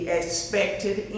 expected